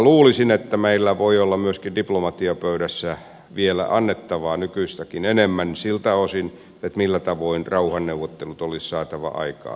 luulisin että meillä voi olla myöskin diplomatiapöydässä vielä annettavaa nykyistäkin enemmän siltä osin millä tavoin rauhanneuvottelut olisi saatava aikaan